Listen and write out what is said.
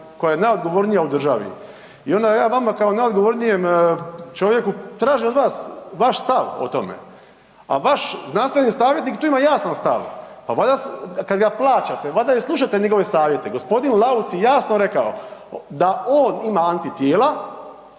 koja je najodgovornija u državi i onda ja vama kao najodgovornijem čovjeku tražim od vas vaš stav o tome. A vaš znanstveni savjetnik tu ima jasan stav, pa valjda kada ga plaćate valjda i slušate njegove savjete. Gospodin Lauc je jasno rekao da on ima antitijela